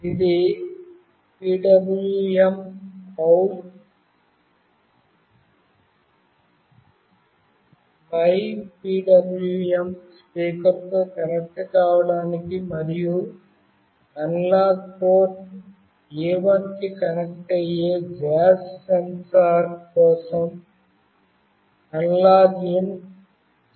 ఇది PWMOut mypwm స్పీకర్తో connect కావడానికి మరియు అనలాగ్ పోర్ట్ A1 కి కనెక్ట్ అయ్యే గ్యాస్ సెన్సార్ కోసం అనలాగ్ఇన్ G